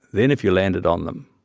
then if you landed on them,